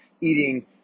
eating